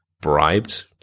bribed